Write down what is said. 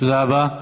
תודה רבה.